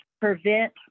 prevent